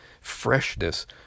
freshness